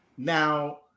now